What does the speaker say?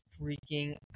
freaking